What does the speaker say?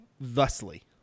thusly